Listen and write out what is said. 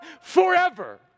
forever